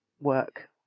work